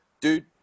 dude